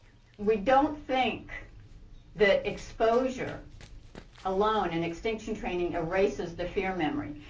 we don't think the exposure alone an extinction training erases the fear memory.